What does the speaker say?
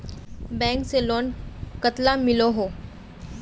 Bank से loan कतला मिलोहो?